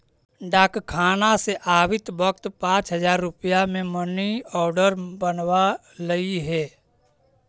डाकखाना से आवित वक्त पाँच हजार रुपया ले मनी आर्डर बनवा लइहें